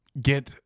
get